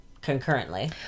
concurrently